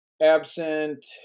Absent